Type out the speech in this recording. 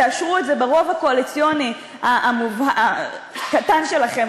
תאשרו את זה ברוב הקואליציוני הקטן שלכם,